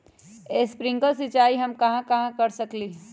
Sprinkle सिंचाई हम कहाँ कहाँ कर सकली ह?